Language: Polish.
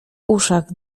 uszach